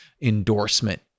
endorsement